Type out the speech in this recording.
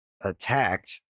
attacked